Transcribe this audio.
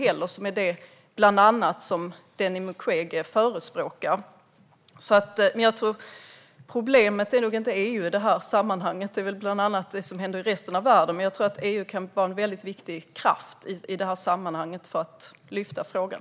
Det är bland annat det Denis Mukwege förespråkar. Problemet är nog inte EU i det här sammanhanget. Problemet är bland annat det som händer i resten av världen. Men jag tror att EU kan vara en viktig kraft för att lyfta fram frågan.